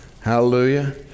Hallelujah